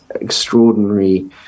extraordinary